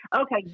Okay